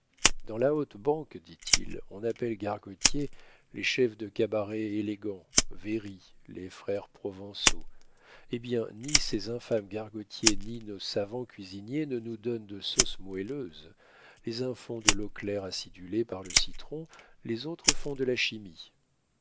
dans la haute banque dit-il on appelle gargotiers les chefs de cabarets élégants véry les frères provençaux eh bien ni ces infâmes gargotiers ni nos savants cuisiniers ne nous donnent de sauces moelleuses les uns font de l'eau claire acidulée par le citron les autres font de la chimie